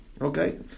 Okay